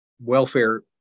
welfare